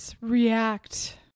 react